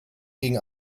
gegen